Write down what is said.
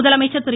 முதலமைச்சர் திரு